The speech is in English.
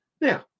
Now